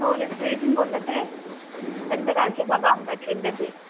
हो लायब्ररीतून बोलत आहे संत गाडगे बाबा अमरावती विद्यापीठ